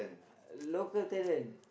local talent